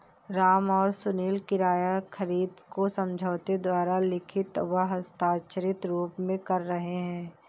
राम और सुनील किराया खरीद को समझौते द्वारा लिखित व हस्ताक्षरित रूप में कर रहे हैं